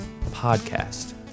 podcast